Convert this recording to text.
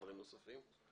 לא.